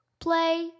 play